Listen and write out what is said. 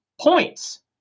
Points